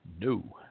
no